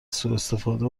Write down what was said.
سواستفاده